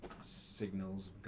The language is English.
signals